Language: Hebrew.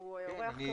הוא אורח קבוע.